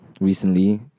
recently